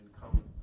come